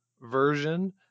version